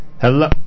Hello